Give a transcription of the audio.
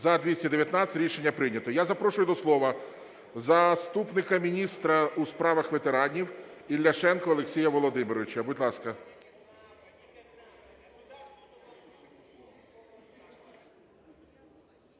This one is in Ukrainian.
За-219 Рішення прийнято. Я запрошую до слова заступника міністра у справах ветеранів Ілляшенка Олексія Володимировича, будь ласка.